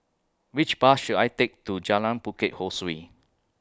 Which Bus should I Take to Jalan Bukit Ho Swee